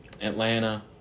Atlanta